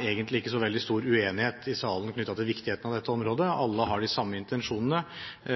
egentlig ikke så veldig stor uenighet i salen knyttet til viktigheten av dette området. Alle har de samme intensjonene.